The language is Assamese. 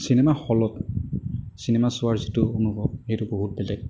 চিনেমা হলত চিনেমা চোৱাৰ যিটো অনুভৱ সেইটো বহুত বেলেগ